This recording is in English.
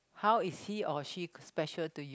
how is he or she special to you